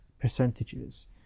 percentages